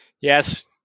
yes